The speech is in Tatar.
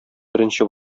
беренче